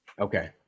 Okay